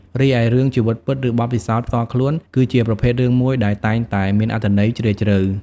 រីឯ រឿងជីវិតពិត ឬបទពិសោធន៍ផ្ទាល់ខ្លួន គឺជាប្រភេទរឿងមួយដែលតែងតែមានអត្ថន័យជ្រាលជ្រៅ។